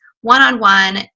one-on-one